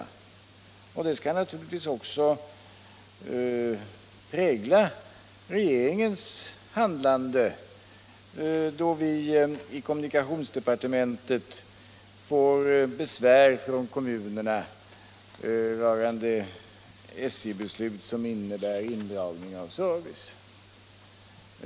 En sådan återhållsamhet skall naturligtvis också prägla regeringens handlande, då vi nom kommunikationsdepartementet får besvär från kommunerna rörande SJ-beslut som innebär indragning av service.